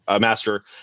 master